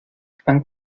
han